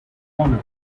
owner